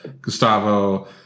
Gustavo